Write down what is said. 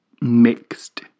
mixed